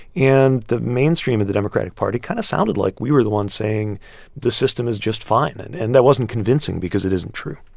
and the mainstream of the democratic party kind of sounded like we were the ones saying this system is just fine. and and that wasn't convincing because it isn't true